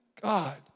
God